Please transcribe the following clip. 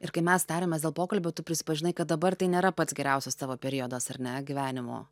ir kai mes tariamės dėl pokalbio tu prisipažinai kad dabar tai nėra pats geriausias tavo periodas ar ne gyvenimo